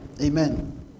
Amen